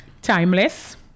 Timeless